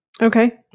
okay